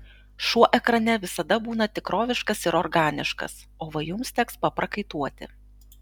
šuo ekrane visada būna tikroviškas ir organiškas o va jums teks paprakaituoti